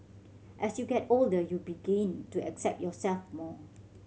as you get older you begin to accept yourself more